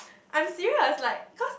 I'm serious like cause